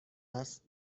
است